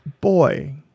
boy